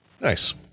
nice